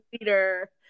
leader